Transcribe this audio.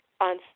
On